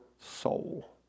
soul